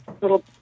little